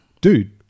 dude